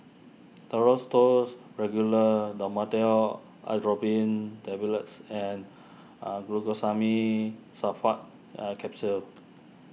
Duro's Tuss Regular Dhamotil Atropine Tablets and Glucosamine Sulfate Capsules